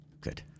Good